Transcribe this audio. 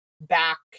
back